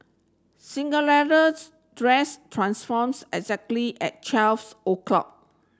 dress transforms exactly at twelves o'clock